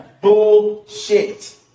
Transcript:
Bullshit